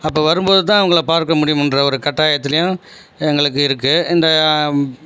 அப்போ வரும் போது தான் அவங்கள பார்க்க முடியும் என்ற ஒரு கட்டலாயத்துலேயும் எங்களுக்கு இருக்குது இந்த